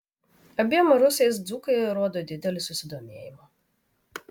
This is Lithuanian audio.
abiem rusais dzūkai rodo didelį susidomėjimą